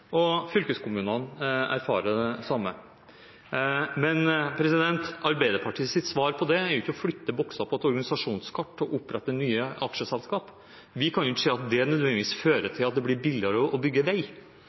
og fylkeskommunene erfarer det samme. Men Arbeiderpartiets svar på det er ikke å flytte bokser på et organisasjonskart og opprette nye aksjeselskap. Vi kan ikke se at det nødvendigvis fører til at det blir billigere å bygge vei,